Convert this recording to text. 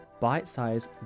bite-sized